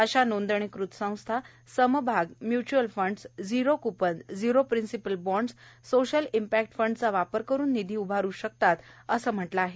अशा नोंदणीकृत संस्था समभागम्यच्युअल fund zero coupon zero principal bonds social impact फंडचा वापर करून निधी उभारू शकतात असं या शिफारशींमधे म्हटलं आहे